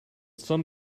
some